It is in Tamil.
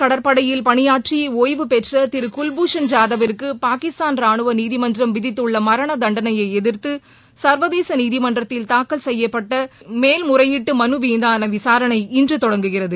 கடற்படையில் பணியாற்றி ஒய்வு பெற்ற இந்திய திரு குல்பூஷன் ஜாதவ் விற்கு பாகிஸ்தான் ரானுவ நீதிமன்றம் விதித்துள்ள மரண தண்டனையை எதிர்த்து சர்வதேச நீதிமன்றத்தில் தாக்கல் செய்யப்பட்ட மேல்முறையீட்டு மனு மீதான விசாரணை இன்று தொடங்குகிறது